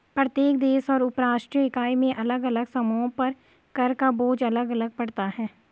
प्रत्येक देश और उपराष्ट्रीय इकाई में अलग अलग समूहों पर कर का बोझ अलग अलग पड़ता है